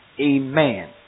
Amen